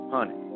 Honey